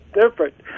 different